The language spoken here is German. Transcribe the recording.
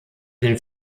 den